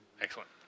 Excellent